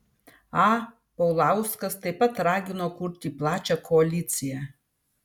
a paulauskas taip pat ragino kurti plačią koaliciją